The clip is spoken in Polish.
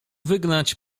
wygnać